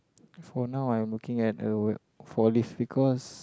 for now I'm looking at uh for these because